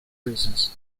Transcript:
reasons